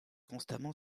constamment